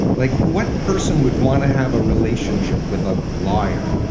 like, what person would want to have a relationship with a liar?